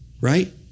right